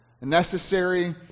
necessary